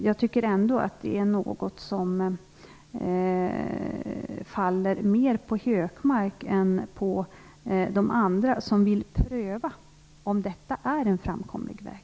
Jag tycker att det är något som faller mer på Hökmark än på de andra, som vill pröva om detta är en framkomlig väg.